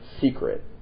secret